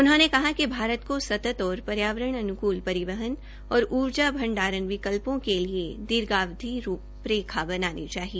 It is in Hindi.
उन्होंने कहा कि भारत को सतत् और पर्यावरण अनुकूल परिवहन और ऊर्जा भंडारण विकल्पों के लिए दीर्घावधि रूप रेखा बनानी चाहिए